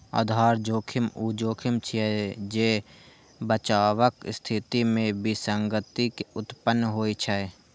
आधार जोखिम ऊ जोखिम छियै, जे बचावक स्थिति मे विसंगति के उत्पन्न होइ छै